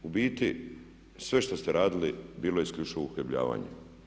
U biti sve što ste radili bilo je isključivo uhljebljavanje.